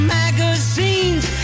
magazines